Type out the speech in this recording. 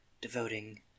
devoting